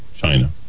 China